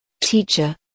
Teacher